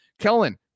Kellen